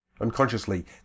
Unconsciously